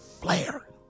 Flair